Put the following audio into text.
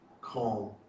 calm